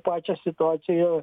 pačią situaciją